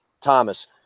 Thomas